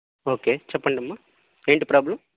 okay చెప్పండమ్మ ఏంటి problem